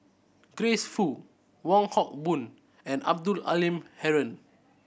Grace Fu Wong Hock Boon and Abdul Halim Haron